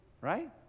Right